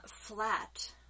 flat